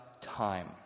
time